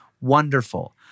Wonderful